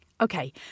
Okay